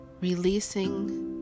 Releasing